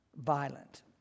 violent